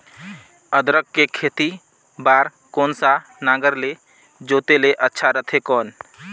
अदरक के खेती बार कोन सा नागर ले जोते ले अच्छा रथे कौन?